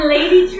Lady